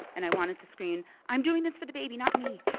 and i wanted to scream, i'm doing this for the baby not me.